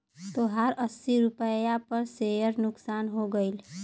तोहार अस्सी रुपैया पर सेअर नुकसान हो गइल